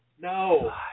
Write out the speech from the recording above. no